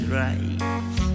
right